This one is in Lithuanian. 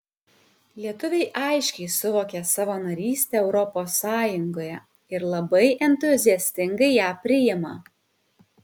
lietuviai aiškiai suvokė savo narystę europos sąjungoje ir labai entuziastingai ją priima